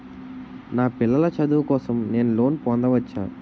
నా పిల్లల చదువు కోసం నేను లోన్ పొందవచ్చా?